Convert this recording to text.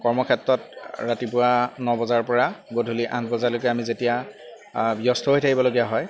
কৰ্মক্ষেত্ৰত ৰাতিপুৱা ন বজাৰ পৰা গধূলি আঠ বজালৈকে আমি যেতিয়া ব্যস্ত হৈ থাকিবলগীয়া হয়